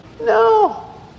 No